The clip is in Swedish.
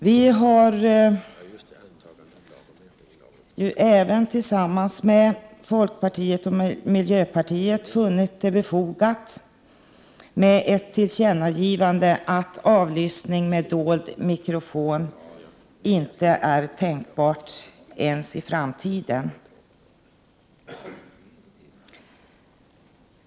Vi har tillsammans med folkpartiet och miljöpartiet funnit det befogat med ett tillkännagivande att avlyssning med dold mikrofon inte är tänkbar ens i framtiden.